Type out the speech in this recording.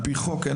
על פי החוק,